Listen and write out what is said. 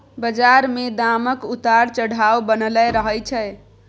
बजार मे दामक उतार चढ़ाव बनलै रहय छै